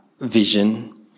vision